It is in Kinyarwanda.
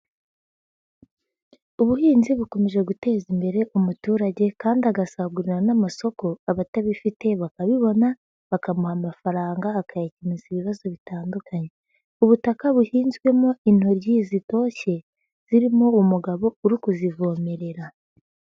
Ubuhinzi bukomeje guteza imbere umuturage kandi agasagurira n'amasoko, abatabifite bakabibona bakamuha amafaranga akayakemuza ibibazo bitandukanye. Ubutaka buhinzwemo intoryi zitoshye zirimo umugabo uri kuzivomerera.